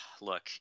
Look